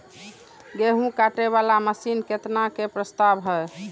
गेहूँ काटे वाला मशीन केतना के प्रस्ताव हय?